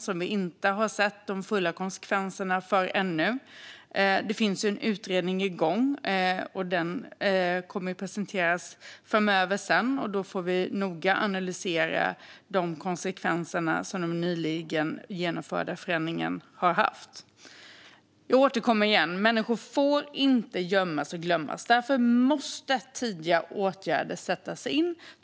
Vi har inte sett de fulla konsekvenserna av det ännu. Det är en utredning igång. Den kommer sedan att presenteras framöver. Då kommer vi noga att analysera de konsekvenser som den nyligen genomförda förändringen har haft. Jag återkommer igen till att människor inte får gömmas och glömmas. Därför måste tidiga åtgärder sättas in.